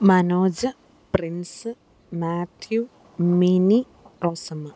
Manoj Prince Mathew Mini Rosamma